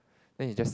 then he just